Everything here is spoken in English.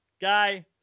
guy